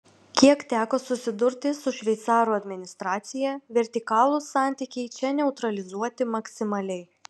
kiek teko susidurti su šveicarų administracija vertikalūs santykiai čia neutralizuoti maksimaliai